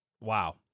wow